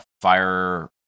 fire